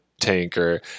tanker